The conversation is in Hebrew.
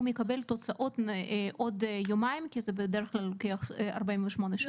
הוא מקבל תוצאות עוד יומיים כי זה בדרך כלל לוקח 48 שעות.